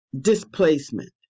displacement